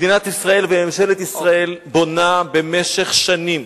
מדינת ישראל וממשלת ישראל בונה במשך שנים